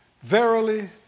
Verily